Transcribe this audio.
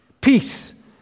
Peace